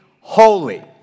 holy